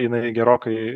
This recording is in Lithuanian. jinai gerokai